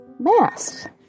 Mask